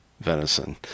venison